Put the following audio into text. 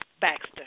Baxter